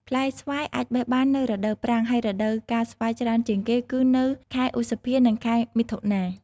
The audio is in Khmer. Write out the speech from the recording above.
ផ្លែស្វាយអាចបេះបាននៅរដូវប្រាំង ហើយរដូវកាលស្វាយច្រើនជាងគេគឺនៅខែឧសភា និងខែមិថុនា។